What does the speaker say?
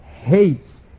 hates